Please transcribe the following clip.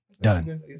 Done